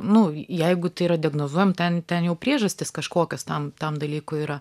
nu jeigu tai yra diagnozuojam ten ten jau priežastys kažkokios tam tam dalykui yra